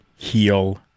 heal